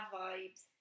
vibes